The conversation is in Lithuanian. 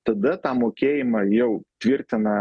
tada tą mokėjimą jau tvirtina